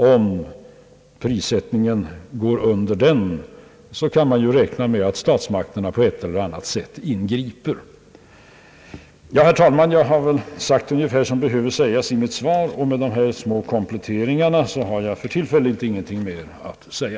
Om prissättningen går under den gränsen, kan man ju räkna med att statsmakterna på ett eller annat sätt ingriper. Herr talman! Jag har väl sagt ungefär det som behöver sägas i mitt svar. Efter de här små kompletteringarna har jag för tillfället ingenting mer att tilllägga.